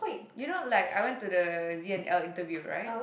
you know like I went to the Z and L interview right